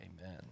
amen